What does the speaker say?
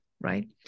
right